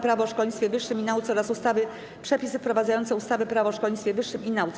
Prawo o szkolnictwie wyższym i nauce oraz ustawy - Przepisy wprowadzające ustawę - Prawo o szkolnictwie wyższym i nauce.